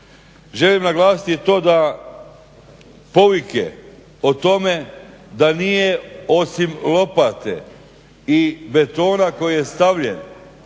Želim naglasiti i to da povike o tome da nije osim lopate i betona koji je stavljen